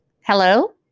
Hello